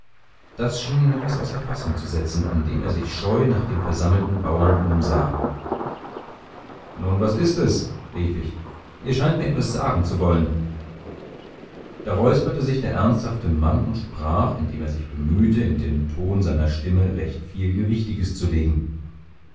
das schien ihn etwas außer fassung zu setzen indem er sich scheu nach den versammelten bauern umsah nun was ist es rief ich ihr scheint mir etwas sagen zu wollen da räusperte sich der ernsthafte mann und sprach indem er sich bemühte in den ton seiner stimme recht viel gewichtiges zu legen